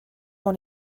dans